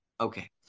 Okay